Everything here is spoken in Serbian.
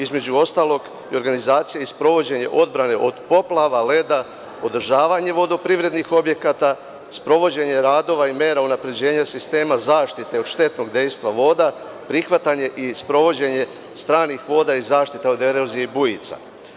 Između ostalog i organizacija i sprovođenje odbrane od poplava, leda, održavanje vodoprivrednih objekata, sprovođenje radova i mera unapređenja sistema, zaštite od štetnog dejstva voda, prihvatanje i sprovođenje stranih voda i zaštita od erozije i bujica.